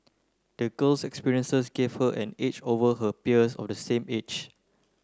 the girl's experiences gave her an edge over her peers of the same age